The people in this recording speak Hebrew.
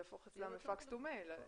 זה יהפוך את זה לפקס טו מייל.